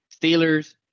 Steelers